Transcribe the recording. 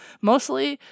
Mostly